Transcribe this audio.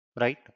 right